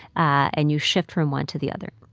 and you shift from one to the other.